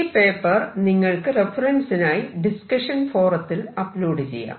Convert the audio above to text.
ഈ പേപ്പർ നിങ്ങൾക്ക് റെഫെറെൻസിനായി ഡിസ്കഷൻ ഫോറത്തിൽ അപ്ലോഡ് ചെയ്യാം